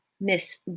Miss